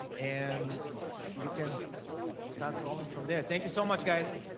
and you can start rolling from there. thank you so much guys